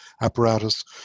apparatus